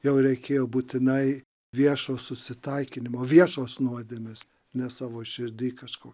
jau reikėjo būtinai viešo susitaikinimo viešos nuodėmės ne savo širdyje kažko